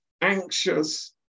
anxious